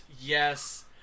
yes